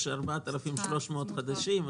יש 4,300 חדשים,